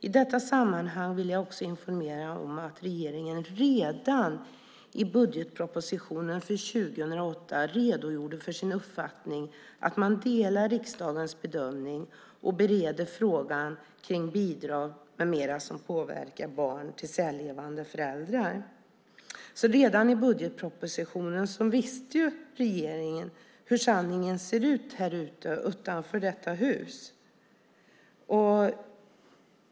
I detta sammanhang vill jag också informera om att regeringen redan i budgetpropositionen för 2008 redogjorde för sin uppfattning att man delar riksdagens bedömning och bereder frågan kring bidrag med mera som påverkar barn till särlevande föräldrar." Redan i budgetpropositionen visste regeringen alltså hur sanningen ser ut utanför detta hus.